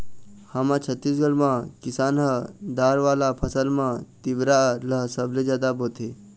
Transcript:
हमर छत्तीसगढ़ म किसान ह दार वाला फसल म तिंवरा ल सबले जादा बोथे